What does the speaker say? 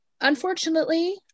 Unfortunately